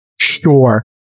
Sure